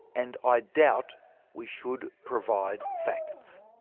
and i doubt we should provide facts.